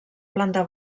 planta